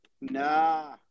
Nah